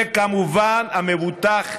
וכמובן המבוטח,